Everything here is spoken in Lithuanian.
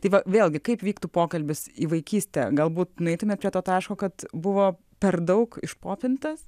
tai va vėlgi kaip vyktų pokalbis į vaikystę galbūt nueitumėt prie to taško kad buvo per daug išpopintas